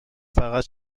فقط